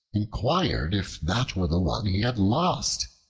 inquired if that were the one he had lost.